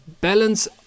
balance